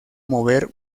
mover